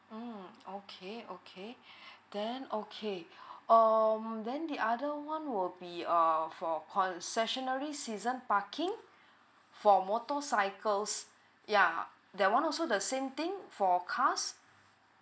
mm okay okay then okay um then the other one would be err for concessionary season parking for motorcycles yeah that one also the same thing for cars